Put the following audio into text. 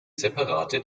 separate